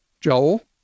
Joel